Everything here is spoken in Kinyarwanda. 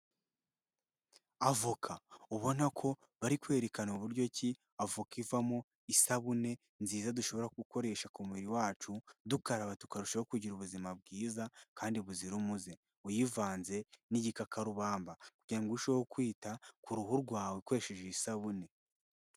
Avoka ubona ko bari kwerekana uburyo ki avuka ivamo isabune nziza dushobora gukoresha ku mubiri wacu dukaraba tukarushaho kugira ubuzima bwiza kandi buzira umuze, uyivanze n'igikakarubamba kugirango urusheho kwita ku ruhu rwawe ukoresheje iyi isabune.